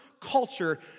culture